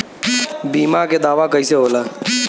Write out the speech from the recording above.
बीमा के दावा कईसे होला?